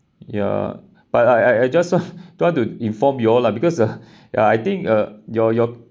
ya but I I I just want want to inform you all lah because ya I think uh your your